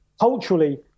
culturally